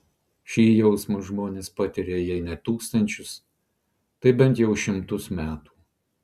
šį jausmą žmonės patiria jei ne tūkstančius tai bent jau šimtus metų